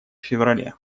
феврале